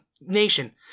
nation